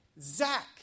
Zach